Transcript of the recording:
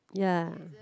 ya